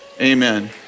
Amen